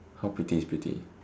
how pretty is pretty